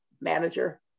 manager